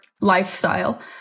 lifestyle